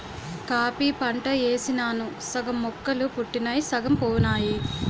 coffee పంట యేసినాను సగం మొక్కలు పుట్టినయ్ సగం పోనాయి